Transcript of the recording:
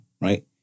right